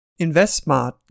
InvestSmart